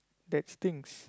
that stinks